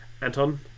Anton